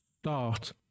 Start